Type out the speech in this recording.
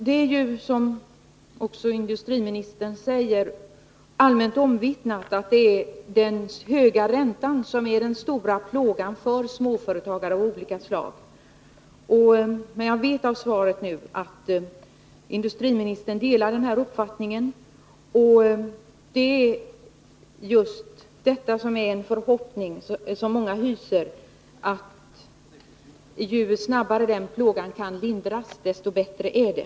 Det är, som också industriministern säger, allmänt omvittnat att den höga räntan är den stora plågan för oss som bedriver småföretag av något slag. Jag vet nu genom det lämnade svaret att industriministern delar den uppfattningen. Många hyser en förhoppning att räntan skall kunna lindras. Ju snabbare det sker, desto bättre är det.